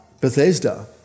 Bethesda